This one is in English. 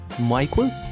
Michael